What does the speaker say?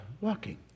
walking